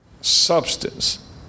Substance